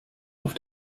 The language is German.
auf